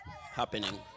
happening